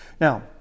Now